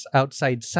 outside